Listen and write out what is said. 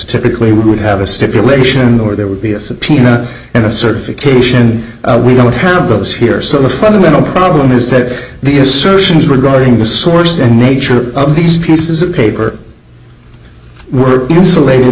typically would have a stipulation or there would be a subpoena and a certification we don't have those here so the fundamental problem is that the assertions regarding the source and nature of these pieces of paper we're insulated